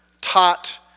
taught